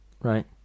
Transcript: Right